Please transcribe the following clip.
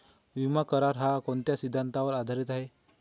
विमा करार, हा कोणत्या सिद्धांतावर आधारीत आहे?